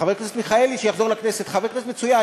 חבר הכנסת מיכאלי שיחזור לכנסת הוא חבר כנסת מצוין,